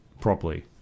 properly